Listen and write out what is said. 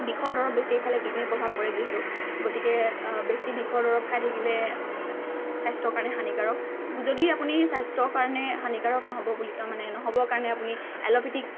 বিষৰ দৰৱ বেছি খালে কিডনিৰ প্ৰভাৱ পৰে যিহেতু গতিকে বেছি বিষৰ দৰৱ খাই থাকিলে স্বাস্থ্যৰ কাৰণে হানিকাৰক যদি আপুনি স্বাস্থ্যৰ কাৰণে হানিকাৰক নহ'ব বুলি মানে নহ'বৰ কাৰণে আপুনি এল'পেথিক